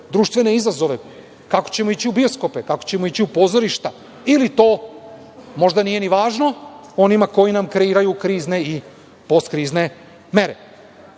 društvene izazove? Kako ćemo ići u bioskope? Kako ćemo ići u pozorišta? Ili to možda nije ni važno onima koji nam kreiraju krizne i postkrizne mere? Ne